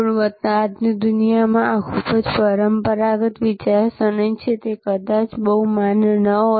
ગુણવત્તા આજની દુનિયામાં આ ખૂબ જ પરંપરાગત વિચારસરણી છે તે કદાચ બહુ માન્ય ન હોય